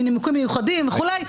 מנימוקים מיוחדים וכולי,